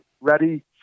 ready